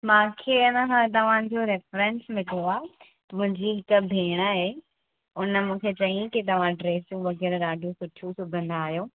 मूंखे आहे न हा तव्हांजो रेफरंस मिलियो आहे मुंहिंजी हिकु भेण आए उन मूंखे चयाईं कि तव्हां ड्रेसूं वग़ैरह ॾाढियूं सुठियूं सुबंदा आहियो